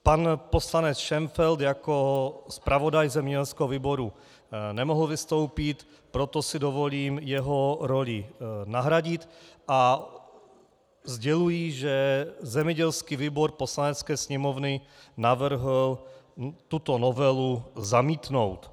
Pan poslanec Šenfeld jako zpravodaj zemědělského výboru nemohl vystoupit, proto si dovolím jeho roli nahradit a sděluji, že zemědělský výbor Poslanecké sněmovny navrhl tuto novelu zamítnout.